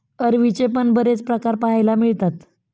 अरवीचे पण बरेच प्रकार पाहायला मिळतात